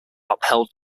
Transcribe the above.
upheld